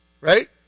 right